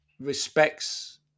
respects